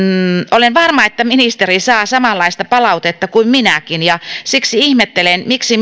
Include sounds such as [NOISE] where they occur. olen varma että ministeri saa samanlaista palautetta kuin minäkin ja siksi ihmettelen miksi [UNINTELLIGIBLE]